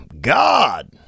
God